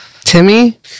Timmy